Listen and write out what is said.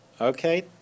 Okay